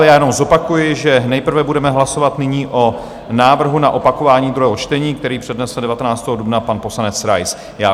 Jenom zopakuji, že nejprve budeme hlasovat nyní o návrhu na opakování druhého čtení, který přednesl 19. dubna pan poslanec Rais.